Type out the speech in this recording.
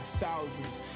thousands